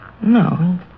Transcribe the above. No